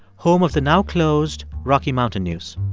home of the now-closed rocky mountain news.